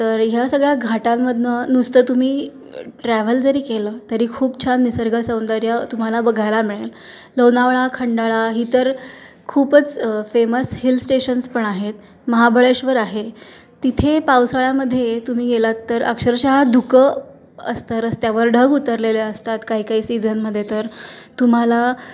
तर ह्या सगळ्या घाटांमधून नुसतं तुम्ही ट्रॅव्हल जरी केलं तरी खूप छान निसर्ग सौंदर्य तुम्हाला बघायला मिळेल लोणावळा खंडाळा ही तर खूपच फेमस हिल स्टेशन्स पण आहेत महाबळेश्वर आहे तिथे पावसाळ्यामध्ये तुम्ही गेलात तर अक्षरशः धुकं असतं रस्त्यावर ढग उतरलेल्या असतात काही काही सीझनमध्ये तर तुम्हाला